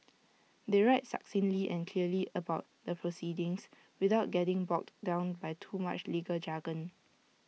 they write succinctly and clearly about the proceedings without getting bogged down by too much legal jargon